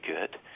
good